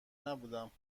نبودم